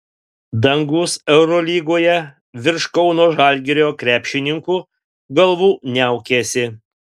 dangus eurolygoje virš kauno žalgirio krepšininkų galvų niaukiasi